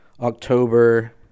October